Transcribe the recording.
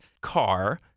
car